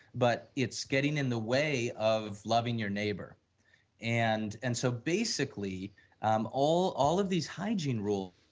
but it's getting in the way of loving your neighbor and and so, basically um all all of these hygiene rule,